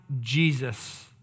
Jesus